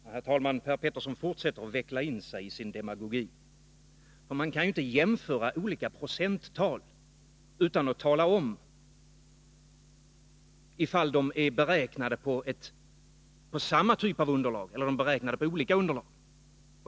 Herr talman! Per Petersson fortsätter att veckla in sig i sin demagogi. Man kan inte jämföra olika procenttal utan att tala om ifall de är beräknade på samma typ av underlag eller på olika underlag.